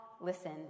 listen